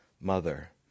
mother